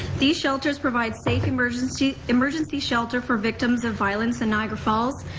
these shelters provide safe emergency emergency shelter for victims of violence in niagara falls,